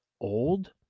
old